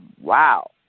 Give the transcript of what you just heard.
wow